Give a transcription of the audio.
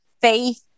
faith